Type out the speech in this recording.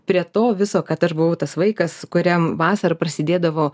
prie to viso kad aš buvau tas vaikas kuriam vasarą prasidėdavo